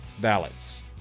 ballots